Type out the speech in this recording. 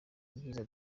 ibyiza